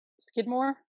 Skidmore